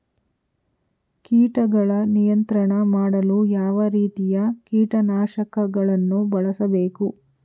ಕೀಟಗಳ ನಿಯಂತ್ರಣ ಮಾಡಲು ಯಾವ ರೀತಿಯ ಕೀಟನಾಶಕಗಳನ್ನು ಬಳಸಬೇಕು?